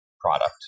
product